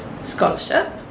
scholarship